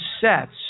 sets